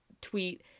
tweet